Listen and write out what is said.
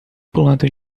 pulando